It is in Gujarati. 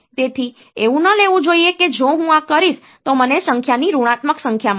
તેથી એવું ન લેવું જોઈએ કે જો હું આ કરીશ તો મને સંખ્યાની ઋણાત્મક સંખ્યા મળશે